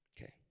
Okay